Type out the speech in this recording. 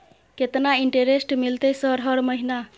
केतना इंटेरेस्ट मिलते सर हर महीना?